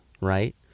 right